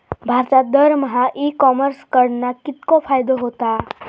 भारतात दरमहा e commerce कडणा कितको फायदो होता?